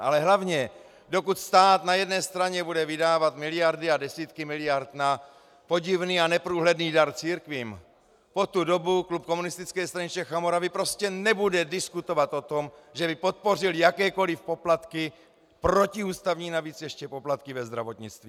Ale hlavně dokud stát na jedné straně bude vydávat miliardy a desítky miliard na podivný a neprůhledný dar církvím, po tu dobu klub Komunistické strany Čech a Moravy prostě nebude diskutovat o tom, že by podpořil jakékoliv poplatky, protiústavní navíc ještě, poplatky ve zdravotnictví!